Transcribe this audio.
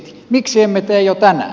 miksi emme tee jo tänään